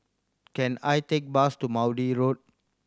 can I take bus to Maude Road